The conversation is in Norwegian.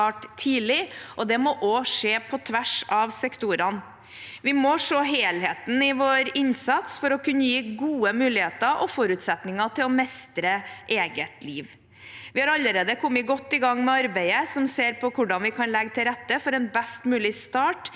at det må skje på tvers av sektorene. Vi må se helheten i vår innsats for å kunne gi gode muligheter og forutsetninger til å mestre eget liv. Vi har allerede kommet godt i gang med arbeidet som ser på hvordan vi kan legge til rette for en best mulig start